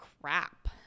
crap